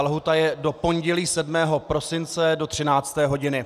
Lhůta je do pondělí 7. prosince do 13. hodiny.